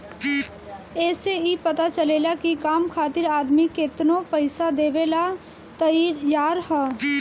ए से ई पता चलेला की काम खातिर आदमी केतनो पइसा देवेला तइयार हअ